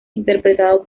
interpretado